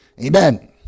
amen